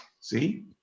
see